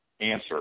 answer